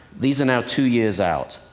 these are now two years out.